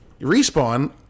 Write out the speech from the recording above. respawn